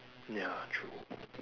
ya true